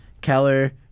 Keller